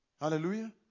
Hallelujah